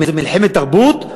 זה מלחמת תרבות,